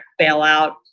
bailout